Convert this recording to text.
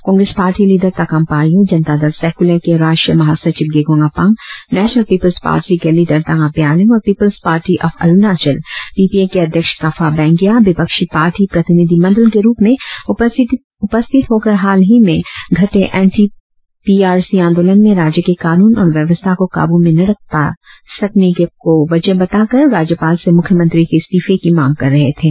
Congress party leader Takam पारियों Janata Dal secular के राष्ट्रीय महा सचिव Gegong Apang national people's party के लीडर तांगा ब्यालींग और people's party of Arunachal P P A के अध्यक्ष काफा बेगिंया विपक्षी पार्टी प्रतिनिधिमंडल के रुप में उपस्थित होकर हाल ही में घटे एंटी पी आर सी आंदोलन में राज्य के कानून और व्यवस्था को काबू में न रख सकने को वजह बताकर राज्यपाल से मुख्यमंत्री के इस्तीफे की मांग कर रहे थे